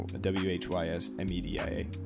W-H-Y-S-M-E-D-I-A